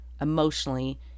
emotionally